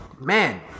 man